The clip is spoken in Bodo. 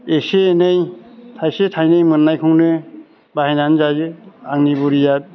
एसे एनै थाइसे थाइनै मोननायखौनो बाहायनानै जायो आंनि बुरिया